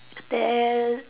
then